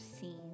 seen